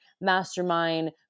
mastermind